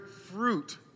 fruit